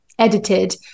edited